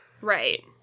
Right